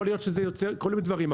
יכול להיות שזה יוצא מכל מיני דברים.